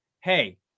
hey